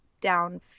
down